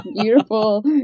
beautiful